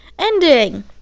ending